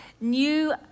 new